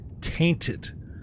tainted